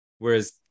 Whereas